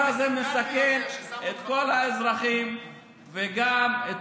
הדבר הזה מסכן את כל האזרחים וגם את